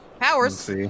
Powers